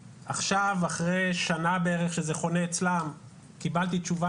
אחרי שנה בערך שזה חונה אצלם קיבלתי תשובה